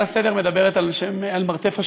ההצעה לסדר-היום מדברת על "מרתף השואה",